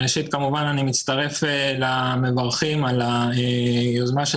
אני כמובן מצטרף למברכים על היוזמה של